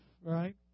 right